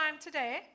today